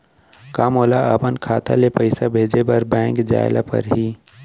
का मोला अपन खाता ले पइसा भेजे बर बैंक जाय ल परही?